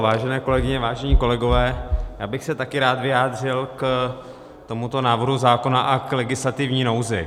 Vážené kolegyně, vážení kolegové, já bych se taky rád vyjádřil k tomuto návrhu zákona a k legislativní nouzi.